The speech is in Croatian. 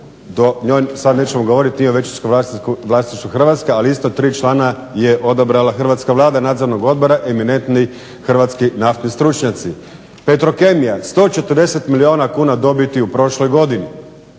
sad nećemo govoriti gdje je u većinskom vlasništvu Hrvatska, ali isto tri člana je odabrala hrvatska Vlada nadzornog odbora eminentni hrvatski naftni stručnjaci. Petrokemija 140 milijuna kuna dobiti u prošloj godini.